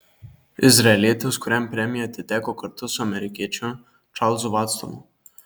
izraelietis kuriam premija atiteko kartu su amerikiečiu čarlzu vatsonu